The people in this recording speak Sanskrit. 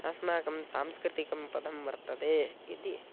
अस्माकं सांस्कृतिकं पदं वर्तते इति